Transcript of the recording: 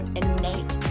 innate